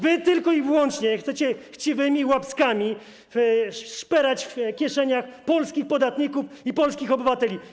Wy tylko i wyłącznie chcecie chciwymi łapskami szperać w kieszeniach polskich podatników i polskich obywateli.